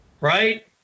right